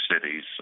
cities